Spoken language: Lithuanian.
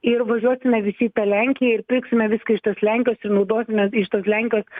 ir važiuosime visi į tą lenkiją ir pirksime viską iš tos lenkijos ir naudosime iš tos lenkijos